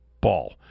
ball